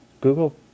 Google